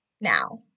Now